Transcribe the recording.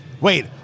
Wait